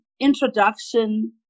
introduction